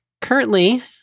currently